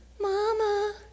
Mama